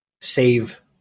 save